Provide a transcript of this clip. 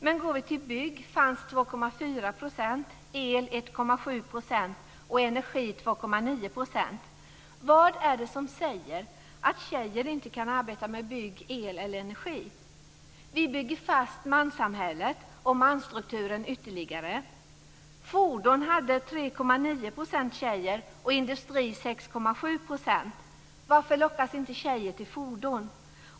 Men går vi till bygg fanns 2,4 %, el 1,7 % och energi 2,9 %. Vad är det som säger att tjejer inte kan arbeta med bygg, el eller energi? Vi bygger fast manssamhället och mansstrukturen ytterligare. Fordon hade 3,9 % tjejer och industri 6,7 %. Varför lockas inte tjejer till fordon?